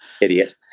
Idiot